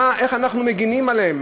איך אנחנו מגינים עליהם?